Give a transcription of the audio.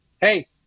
hey –